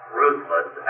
ruthless